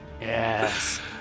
Yes